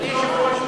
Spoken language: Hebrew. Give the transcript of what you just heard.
אדוני היושב-ראש,